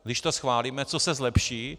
Když to schválíme, co se zlepší.